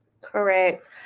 Correct